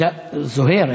זוהיר,